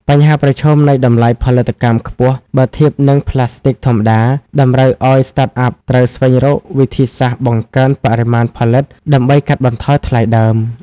បញ្ហាប្រឈមនៃតម្លៃផលិតកម្មខ្ពស់បើធៀបនឹងប្លាស្ទិកធម្មតា តម្រូវឱ្យ Startup ត្រូវស្វែងរកវិធីសាស្ត្របង្កើនបរិមាណផលិត ដើម្បីកាត់បន្ថយថ្លៃដើម។